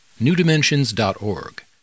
newdimensions.org